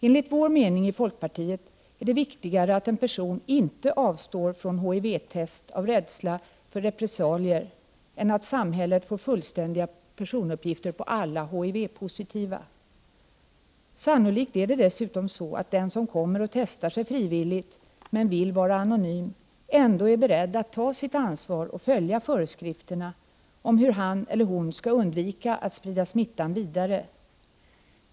Enligt folkpartiets mening är det viktigare att en person inte avstår från HIV-test av rädsla för repressalier än att samhället får fullständiga personuppgifter på alla HIV-positiva. Sannolikt är det dessutom så att den som kommer och testar sig frivilligt men vill vara anonym ändå är beredd att ta sitt ansvar och följa föreskrifterna om hur han eller hon skall undvika att sprida smittan vidare.